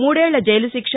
మూదేళ్ళ జైలు శిక్ష